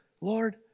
Lord